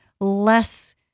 less